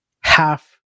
Half